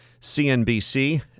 cnbc